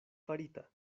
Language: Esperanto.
farita